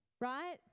Right